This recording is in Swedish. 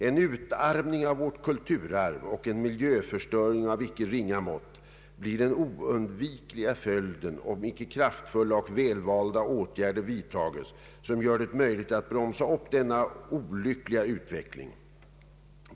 En utarmning av vårt kulturarv och en miljöförstöring av icke ringa mått blir den oundvikliga följden om icke kraftfulla och välvalda åtgärder vidtages som gör det möjligt att bromsa upp denna olyckliga utveckling.